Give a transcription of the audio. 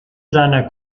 seiner